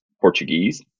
Portuguese